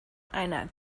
einer